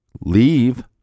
leave